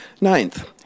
Ninth